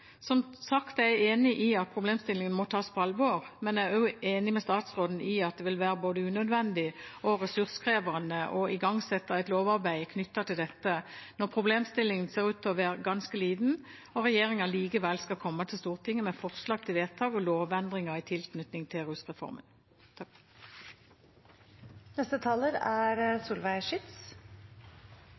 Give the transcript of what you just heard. Som sagt er jeg enig i at problemstillingen må tas på alvor, men jeg er også enig med statsråden i at det vil være både unødvendig og ressurskrevende å igangsette et lovarbeid knyttet til dette, når problemstillingen ser ut til å være ganske liten og regjeringen likevel skal komme til Stortinget med forslag til vedtak og lovendringer i tilknytning til rusreformen.